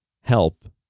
help